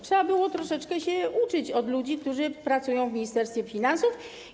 Trzeba było troszeczkę się uczyć od ludzi, którzy pracują w Ministerstwie Finansów.